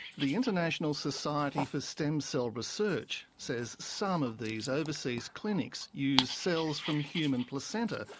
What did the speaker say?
the international society for stem cell research says some of these overseas clinics use cells from human placenta,